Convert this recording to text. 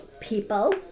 people